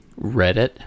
Reddit